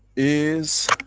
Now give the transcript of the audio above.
is